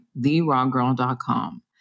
therawgirl.com